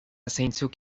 zeintzuk